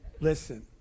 Listen